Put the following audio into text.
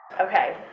Okay